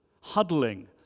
huddling